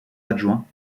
adjoint